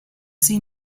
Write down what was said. see